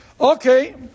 Okay